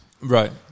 Right